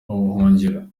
ubuhungiro